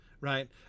Right